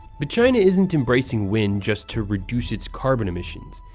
but china isn't embracing wind just to reduce its carbon emissions,